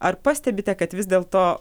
ar pastebite kad vis dėlto